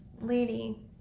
lady